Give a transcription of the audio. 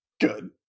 Good